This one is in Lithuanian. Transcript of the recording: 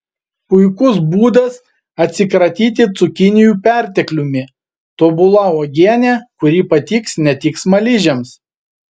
puikus būdas atsikratyti cukinijų pertekliumi tobula uogienė kuri patiks ne tik smaližiams